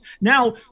now